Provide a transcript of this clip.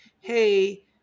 hey